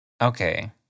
Okay